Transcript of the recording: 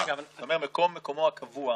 סמך ניסיונם.